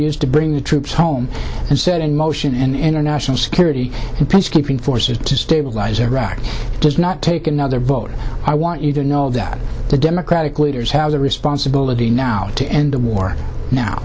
used to bring the troops home and set in motion an international security and peacekeeping forces to stabilize iraq does not take another vote i want you to know that the democratic leaders has a responsibility now to end the war now